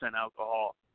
alcohol